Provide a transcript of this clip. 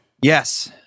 Yes